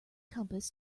compass